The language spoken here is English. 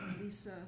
Lisa